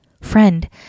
Friend